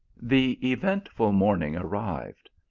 the eventful morning arrived.